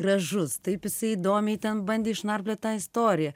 gražus taip jisai įdomiai ten bandė išnarpliot tą istoriją